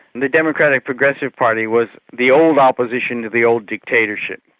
the democratic progressive party was the old opposition to the old dictatorship.